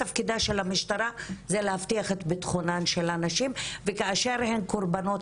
תפקידה של המשטרה זה להבטיח את ביטחונן של הנשים וכאשר הן קורבנות